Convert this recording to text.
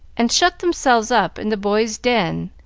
and shut themselves up in the boys' den,